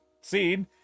seen